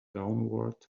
downward